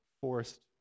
forced